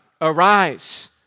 arise